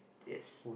yes